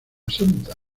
santa